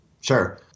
Sure